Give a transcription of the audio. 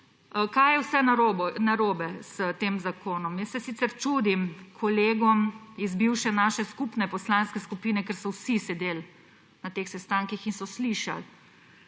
kaj vse je narobe s tem zakonom. Jaz se sicer čudim kolegom iz bivše naše skupne poslanske skupine, ker so vsi sedeli na teh sestankih in so slišali,